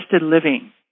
Living